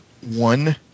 one